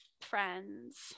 friends